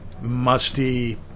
musty